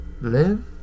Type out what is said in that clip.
live